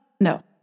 no